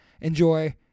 enjoy